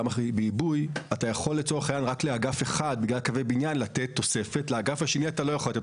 בעיבוי אתה יכול לתת תוספת רק לאגף אחד בבניין ולאגף השני אתה לא יכול.